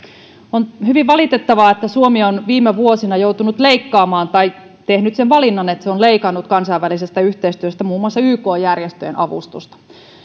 on hyvin valitettavaa että suomi on viime vuosina joutunut leikkaamaan tehnyt sen valinnan että se on leikannut kansainvälisestä yhteistyöstä muun maussa yk järjestöjen avustusta